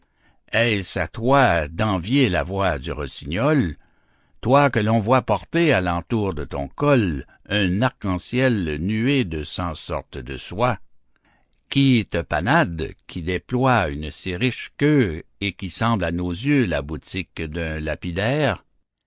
est-ce à toi d'envier la voix du rossignol toi que l'on voit porter à l'entour de ton col un arc-en-ciel nué de cent sortes de soies qui te panades qui déploies une si riche queue et qui semble à nos yeux la boutique d'un lapidaire